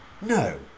no